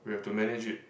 we have to manage it